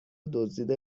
دزدیده